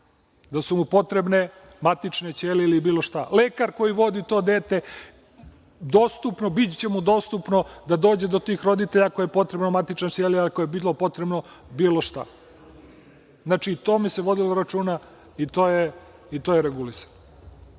da su mu potrebne matične ćelije ili bilo šta, lekaru koji vodi to dete biće mu dostupno da dođe do tih roditelja ako je potrebna matična ćelija, ako je bilo potrebno bilo šta. Znači, o tome se vodilo računa i to je regulisano.